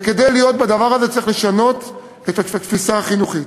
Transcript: וכדי להיות שם צריך לשנות את התפיסה החינוכית.